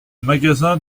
magasin